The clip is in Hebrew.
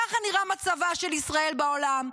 כך נראה מצבה של ישראל בעולם.